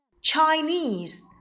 Chinese